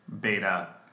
beta